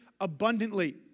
abundantly